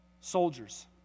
soldiers